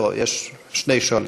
זהו, יש שני שואלים.